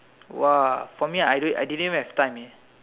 !wah! for me I don't I didn't even have time eh